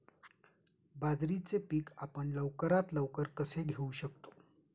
बाजरीचे पीक आपण लवकरात लवकर कसे घेऊ शकतो?